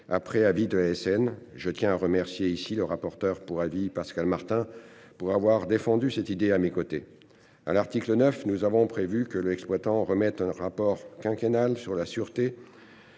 après avis de l'ASN. Je tiens à remercier ici le rapporteur pour avis Pascale Martin pour avoir défendu cette idée à mes côtés à l'article 9, nous avons prévu que le exploitant remette un rapport quinquennal sur la sûreté.